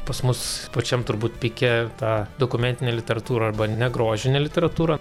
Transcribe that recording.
pas mus pačiam turbūt pike ta dokumentinė literatūra arba negrožinė literatūra